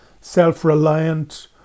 self-reliant